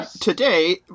today